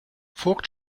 vogt